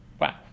wow